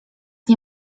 nie